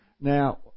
Now